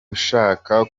ushaka